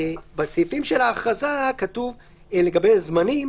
בסעיפים של ההכרזה כתוב לגבי זמנים: